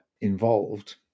involved